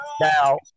Now